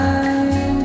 Time